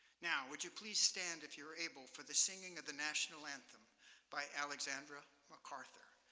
now, would you please stand if you're able for the singing of the national anthem by alexandra mcarthur.